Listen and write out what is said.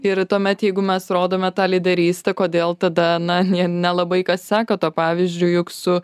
ir tuomet jeigu mes rodome tą lyderystę kodėl tada na nie nelabai kas seka tuo pavyzdžiu juk su